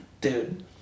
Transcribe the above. dude